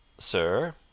Sir